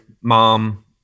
mom